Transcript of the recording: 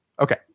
Okay